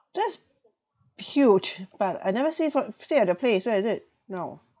that's huge but I never see fro~ see at your place where is it now